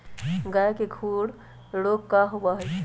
गाय के खुर रोग का होबा हई?